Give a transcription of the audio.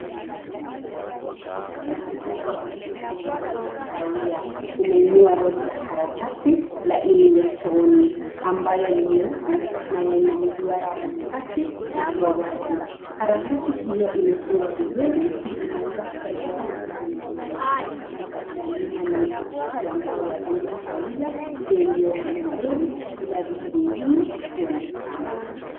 Mkono mmoja wa mtu mwenye ngozi ya kawiya, umeinua roli la karatasi laini ya chooni ambayo ni nyeupe na yenye mduara wa katikati ulio wazi. Karatasi hiyo imefungwa vizuri imeanza kutolewa sehemu ya mwanzo. Mandhari ya nyuma ni sakafu ambayo ya rangi akawia iliyonyooka vizuri bila vitu vingine kuonekana.